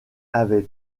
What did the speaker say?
avait